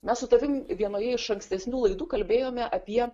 mes su tavim vienoje iš ankstesnių laidų kalbėjome apie